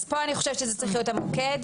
פה אני חושבת שצריך להיות "המוקד",